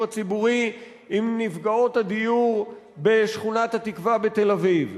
הציבורי עם נפגעות הדיור בשכונת-התקווה בתל-אביב,